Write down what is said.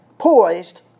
Poised